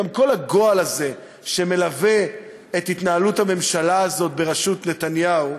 גם כל הגועל הזה שמלווה את התנהלות הממשלה הזאת בראשות נתניהו,